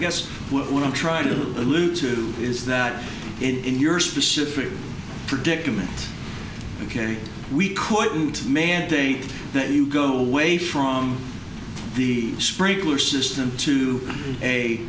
guess what i'm trying to allude to is that in your specific predicament ok we couldn't mandate that you go away from the sprinkler system to a